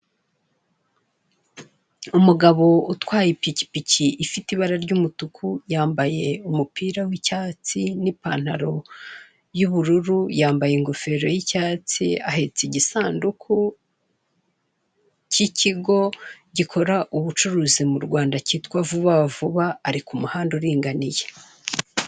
Umugabo utwaye ipikipiki ifite ibara ry'umutuku, yambaye umupira wicyatsi n'ipantaro y'ubururu, yambaye ingofero y'icyatsi ahetse igisanduku cy'ikigo gikora ubucuruzi mu Rwanda cyitwa vuba vuba ari ku muhanda uringaniye.